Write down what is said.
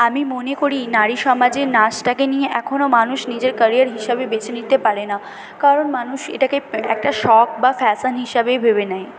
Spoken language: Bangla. আমি মনে করি নারী সমাজে নাচটাকে নিয়ে এখনও মানুষ নিজের ক্যারিয়ার হিসাবে বেছে নিতে পারে না কারণ মানুষ এটাকে একটা শখ বা ফ্যাশন হিসাবেই ভেবে নেয়